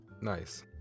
Nice